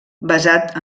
basat